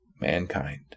mankind